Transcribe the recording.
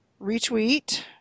retweet